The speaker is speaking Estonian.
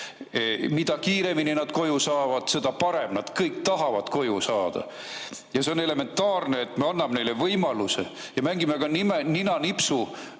Mida kiiremini nad koju saavad, seda parem. Nad kõik tahavad koju saada. On elementaarne, et me anname neile võimaluse – ja mängime ka ninanipsu